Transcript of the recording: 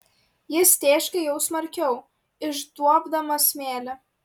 jis tėškė jau smarkiau išduobdamas smėlį